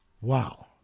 Wow